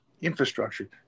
infrastructure